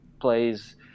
plays